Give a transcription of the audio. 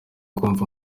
kumva